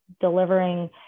delivering